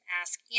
ask